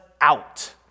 out